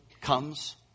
comes